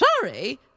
Sorry